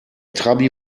trabi